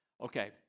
okay